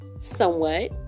somewhat